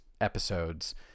episode's